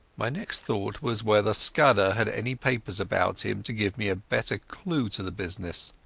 my next thought was whether scudder had any papers about him to give me a better clue to the business.